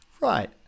Right